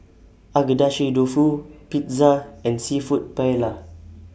Agedashi Dofu Pizza and Seafood Paella